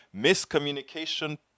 miscommunication